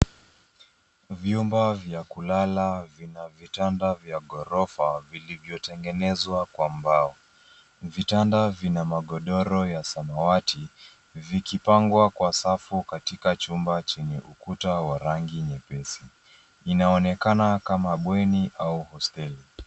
Vyumba vya kulala vina vitanda vya ghorofa vilivyotengenezwa kwa mbao. Vitanda vina magodoro ya samawati, vikipangwa kwa safu katika chumba chenye ukuta wa rangi nyepesi. Inaonekana kama bweni au hosteli.